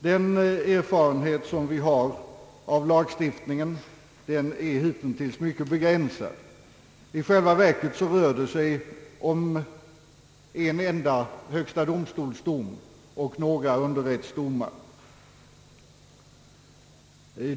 Den erfarenhet vi har av lagstiftningen är hitintills mycket begränsad; i själva verket rör det sig om en enda dom av högsta domstolen och några underrättsdomar.